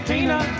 Tina